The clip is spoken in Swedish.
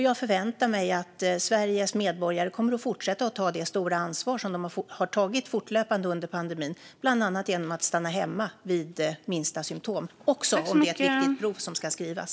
Jag förväntar mig att Sveriges medborgare kommer att fortsätta att ta det stora ansvar som de har tagit fortlöpande under pandemin, bland annat genom att stanna hemma vid minsta symtom, också om det är ett viktigt prov som ska skrivas.